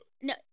No